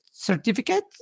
certificate